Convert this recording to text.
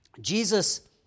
Jesus